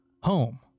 home